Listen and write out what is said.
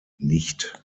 nicht